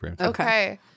Okay